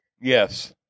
Yes